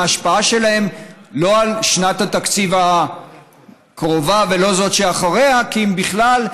ההשפעה שלהן היא לא על שנת התקציב הקרובה ולא על זאת שאחריה כי אם בכלל,